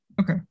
Okay